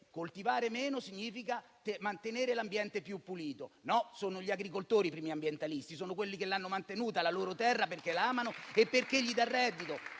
coltivare meno significa mantenere l'ambiente più pulito. No, sono gli agricoltori i primi ambientalisti, sono quelli che l'hanno mantenuta la loro terra perché la amano e perché dà loro un reddito.